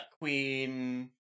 Queen